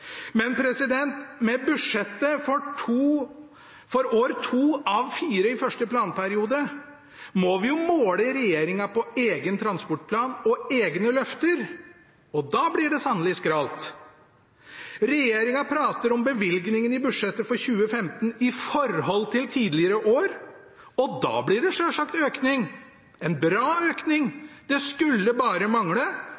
Men med budsjettet for år to av fire i første planperiode må vi jo måle regjeringen på egen transportplan og egne løfter, og da blir det sannelig skralt. Regjeringen prater om bevilgningene i budsjettet for 2015 i forhold til tidligere år, og da blir det selvsagt økning, en bra økning